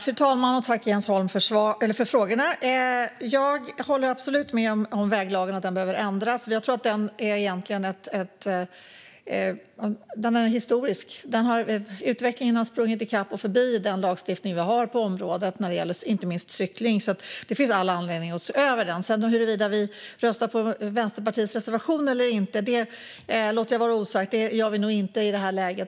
Fru talman! Tack, Jens Holm, för frågorna! Jag håller absolut med om att väglagen behöver ändras. Jag tror att den egentligen är historisk - utvecklingen har sprungit i kapp och förbi den lagstiftning vi har på området, inte minst när det gäller cykling. Det finns all anledning att se över väglagen. Huruvida vi sedan röstar på Vänsterpartiets reservation eller inte låter jag vara osagt - det gör vi nog inte i detta läge.